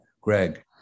greg